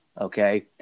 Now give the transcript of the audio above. Okay